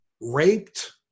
raped